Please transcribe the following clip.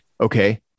Okay